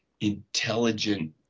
intelligent